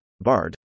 BARD